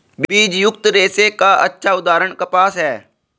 बीजयुक्त रेशे का अच्छा उदाहरण कपास है